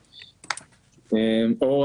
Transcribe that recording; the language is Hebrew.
אור,